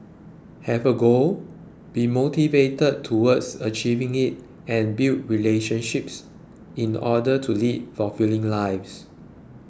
have a goal be motivated towards achieving it and build relationships in order to lead fulfilling lives